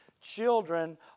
Children